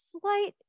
slight